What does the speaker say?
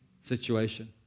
situation